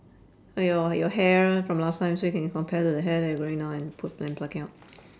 oh yo~ your hair from last time so you can compare to your hair that you're growing now and pu~ pluck it out